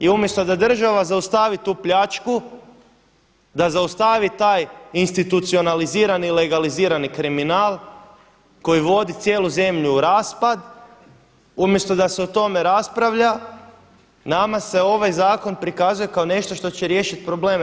I umjesto da država zaustavi tu pljačku, da zaustavi taj institucionalizirani i legalizirani kriminal koji vodi cijelu zemlju u raspad umjesto da se o tome raspravlja nama se ovaj zakon prikazuje kao nešto što će riješiti probleme.